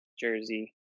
Jersey